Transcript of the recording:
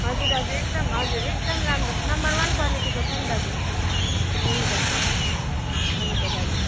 हजुर दाजु एकदम हजुर एकदम राम्रो नम्बर वन क्वालिटीको छ नि दाजु हुन्छ हुन्छ दाजु